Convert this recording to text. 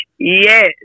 Yes